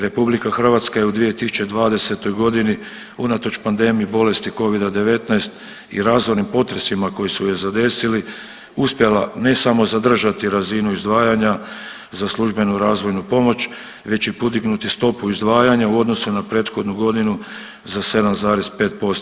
RH je u 2020. godini unatoč pandemiji bolesti Covida-19 i razornim potresima koji su je zadesili uspjela ne samo zadržati razinu izdvajanja za službenu razvojnu pomoć već i podignuti stopu izdvajanja u odnosu na prethodnu godinu za 7,5%